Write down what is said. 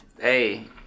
hey